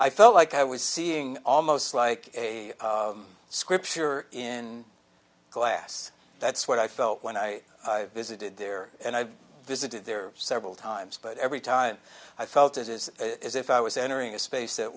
i felt like i was seeing almost like a scripture in glass that's what i felt when i visited there and i visited there several times but every time i felt as if i was entering a space that